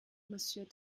monsieur